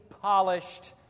polished